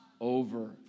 over